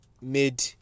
made